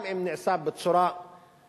גם אם זה נעשה בצורה חיובית,